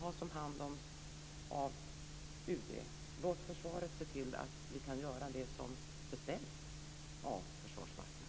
Låt UD ha hand om relationerna! Låt försvaret se till att vi kan göra det som beställs av Försvarsmakten!